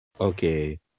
Okay